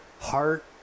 heart